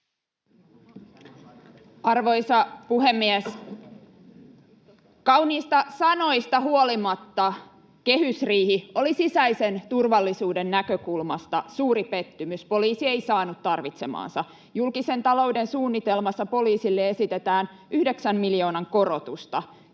Arvoisa puhemies! Kauniista sanoista huolimatta kehysriihi oli sisäisen turvallisuuden näkökulmasta suuri pettymys. Poliisi ei saanut tarvitsemaansa. Julkisen talouden suunnitelmassa poliisille esitetään 9 miljoonan korotusta.